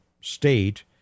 state